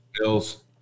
Bills